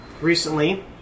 recently